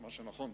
מה שנכון,